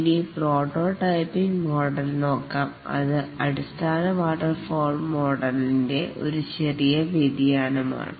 ഇനി prototyping model നോക്കാം അത് അടിസ്ഥാന വാട്ടർഫാൾ മോഡലിൻ്റ ഒരു ചെറിയ വ്യതിയാനമാണ്